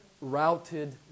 routed